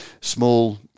small